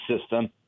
system